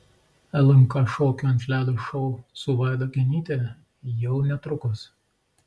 lnk šokių ant ledo šou su vaida genyte jau netrukus